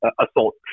assault